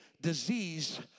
disease